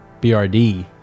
BRD